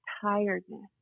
tiredness